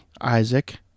Isaac